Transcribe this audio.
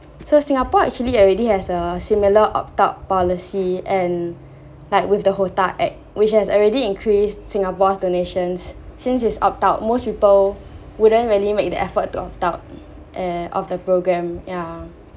so singapore actually already has a similar opt out policy and like with the HOTA act which has already increased singapore's donations since its opt out most people wouldn't really make the effort to opt out and of the program yeah